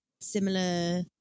similar